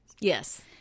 yes